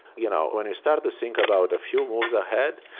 you know when you start to think about a few moves ahead,